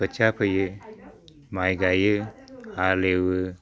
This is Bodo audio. खोथिया फोयो माइ गायो हालेवो